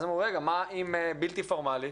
אז אמרו רגע, מה עם בלתי פורמלי?